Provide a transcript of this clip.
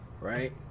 right